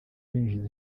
binjiza